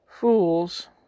Fools